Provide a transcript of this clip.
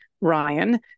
Ryan